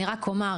אני רק אומרת,